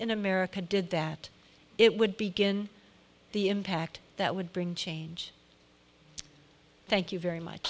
in america did that it would be given the impact that would bring change thank you very much